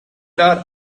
are